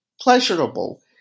pleasurable